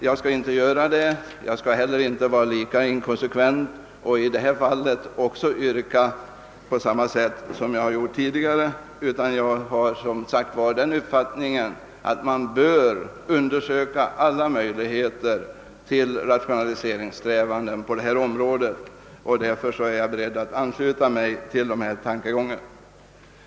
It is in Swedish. Jag skall inte vara så elak, och jag skall inte heller vara lika inkonsekvent och i detta fall gå emot utredningen. Jag har, som sagt, den uppfattningen att man bör undersöka alla möjligheter till rationaliseringar även på försvarets område. Därför är jag beredd att ansluta mig till dessa tankegångar.